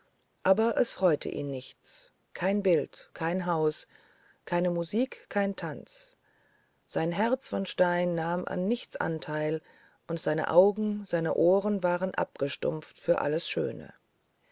aber es freute ihn nichts kein bild kein haus keine musik kein tanz sein herz von stein nahm an nichts anteil und seine augen seine ohren waren abgestumpft für alles schöne